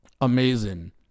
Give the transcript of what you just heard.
amazing